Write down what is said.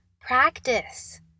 practice